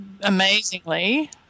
amazingly